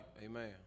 amen